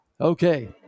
Okay